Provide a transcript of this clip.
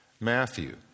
Matthew